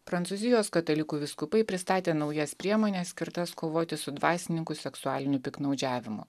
prancūzijos katalikų vyskupai pristatė naujas priemones skirtas kovoti su dvasininkų seksualiniu piktnaudžiavimu